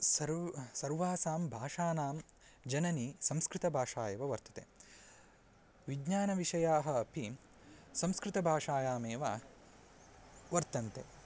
सर्वं सर्वासां भाषाणां जननी संस्कृतभाषा एव वर्तते विज्ञानविषयाः अपि संस्कृतभाषायामेव वर्तन्ते